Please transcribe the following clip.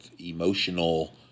emotional